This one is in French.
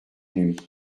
nuit